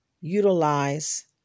utilize